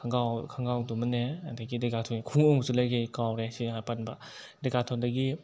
ꯈꯣꯡꯒ꯭ꯔꯥꯎ ꯈꯣꯡꯒ꯭ꯔꯥꯎꯗꯨꯃꯅꯦ ꯑꯗꯒꯤ ꯗꯦꯀꯥꯠꯂꯣꯟꯒꯤ ꯈꯣꯡꯎꯞ ꯑꯃꯁꯨ ꯂꯩꯈꯤ ꯑꯩ ꯀꯥꯎꯔꯦ ꯁꯤ ꯄꯟꯕ ꯗꯦꯀꯥꯠꯂꯣꯟꯗꯒꯤ